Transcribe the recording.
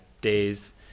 days